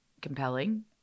compelling